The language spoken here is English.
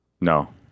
No